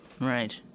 Right